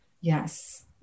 Yes